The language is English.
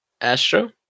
astro